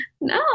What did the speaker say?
No